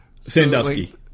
Sandusky